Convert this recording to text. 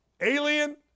alien